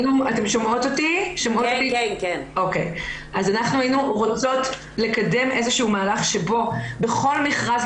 אנחנו היינו רוצות לקדם איזה שהוא מהלך שבו בכל מכרז,